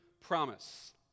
promise